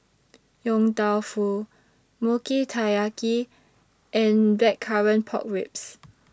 Yong Tau Foo Mochi Taiyaki and Blackcurrant Pork Ribs